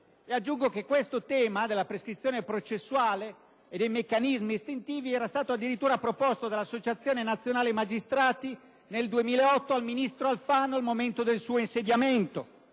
Aggiungo poi che il tema della prescrizione processuale e dei meccanismi estintivi nel 2008 era stato addirittura proposto dall'Associazione nazionale magistrati al ministro Alfano, al momento del suo insediamento.